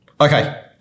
Okay